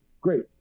great